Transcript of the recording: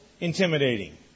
Intimidating